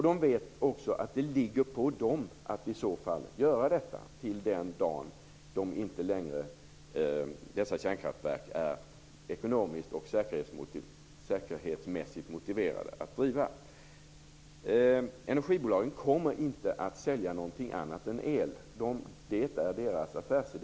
De vet också att det ligger på dem att göra detta till den dag det inte längre är ekonomiskt och säkerhetsmässigt motiverat att driva dessa kärnkraftverk. Energibolagen kommer inte att sälja något annat än el; det är deras affärsidé.